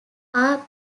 are